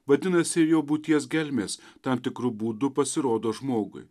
vadinasi jo būties gelmės tam tikru būdu pasirodo žmogui